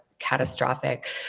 catastrophic